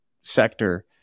sector